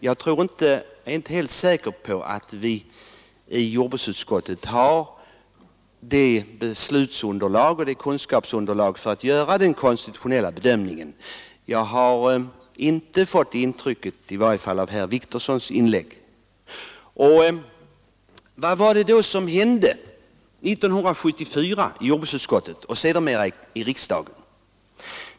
Jag är inte helt säker på att vi i jordbruksutskottet har beslutsunderlag och kunskapsunderlag för att göra den konstitutionella bedömningen. Jag har i varje fall inte fått det intrycket av herr Wictorssons inlägg. Och vad var det som hände 1974 i jordbruksutskottet och sedermera i kammaren?